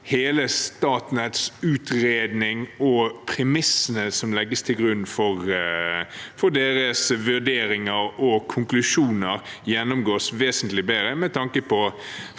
hele Statnetts utredning og premissene som legges til grunn for deres vurderinger og konklusjoner, gjennomgås vesentlig bedre, med tanke på